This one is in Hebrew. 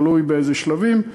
תלוי באיזה שלבים,